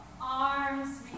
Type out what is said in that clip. arms